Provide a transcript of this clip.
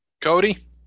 Cody